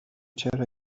چرا